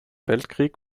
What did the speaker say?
weltkrieg